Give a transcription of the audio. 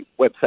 website